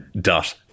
Dot